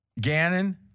Gannon